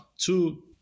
two